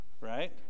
Right